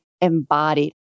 embodied